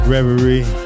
Reverie